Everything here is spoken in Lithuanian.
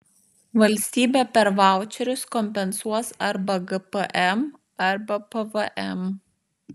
valstybė per vaučerius kompensuos arba gpm arba pvm